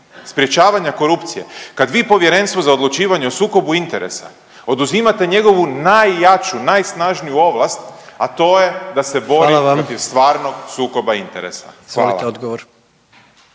sprječavanja korupcije kad vi Povjerenstvu za odlučivanje o sukobu interesa oduzimate njegovu najjaču, najsnažniju ovlast, a to je da se bori .../Upadica: Hvala vam./... protiv stvarnog sukoba interesa. Hvala.